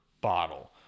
bottle